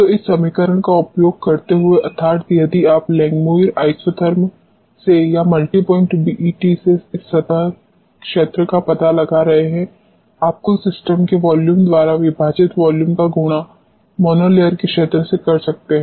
तो इस समीकरण का उपयोग करते हुए अर्थात् यदि आप लैंगमुइर आइसोथर्मस से या मल्टी पॉइंट बीईटी से इस सतह क्षेत्र का पता लगा रहे हैं आप कुल सिस्टम के वॉल्यूम द्वारा विभाजित वॉल्यूम का गुणा मोनो लेयर के क्षेत्र से कर सकते हैं